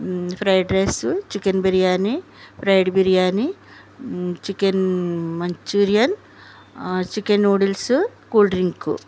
fried rice chicken biryani fried biryani chicken Manchurian chicken noodles cool drink